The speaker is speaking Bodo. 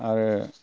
आरो